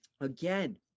again